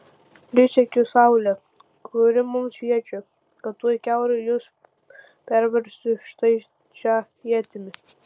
prisiekiu saule kuri mums šviečia kad tuoj kiaurai jus perversiu štai šia ietimi